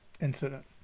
incident